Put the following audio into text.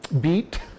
beat